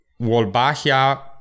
Wolbachia